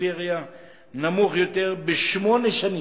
בפריפריה נמוכה יותר בשמונה שנים.